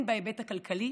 הן בהיבט הכלכלי